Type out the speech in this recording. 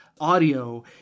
audio